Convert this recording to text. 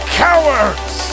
cowards